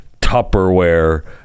tupperware